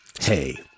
hey